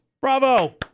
bravo